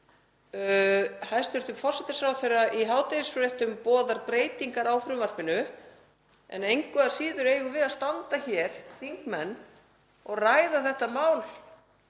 Hæstv. forsætisráðherra boðar í hádegisfréttum breytingar á frumvarpinu en engu að síður eigum við að standa hér, þingmenn, og ræða þetta mál